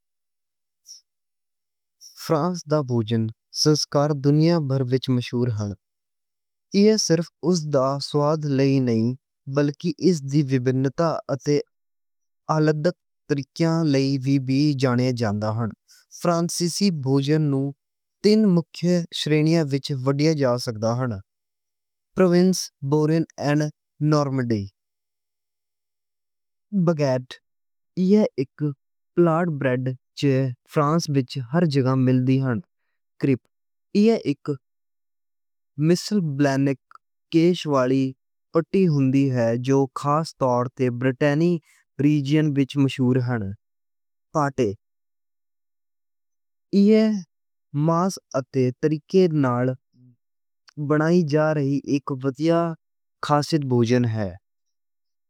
فرانس دا بھوجن سنسکار دنیا بھر وچ مشہور اے۔ ایہ صرف اس دا سواد لئی نہیں بلکہ اس دی وِبِنِتا تے علاوہ وی جانی اے۔ فرانسیسی بھوجن نوں مکّھی شرینیاں وچ ونڈیا جا سکدا اے: پروونس، بورگون اتے نارمنڈی۔ باگیٹ اک پاپولر بریڈ اے، فرانس وچ ہر تھاں ملدی اے۔ کُجھ مثالاں جو خاص طور تے برٹنی ریجن وچ مشہور ہوندیاں اے۔ ماس تے طریقے نال بنائیاں خاص بھوجن اے۔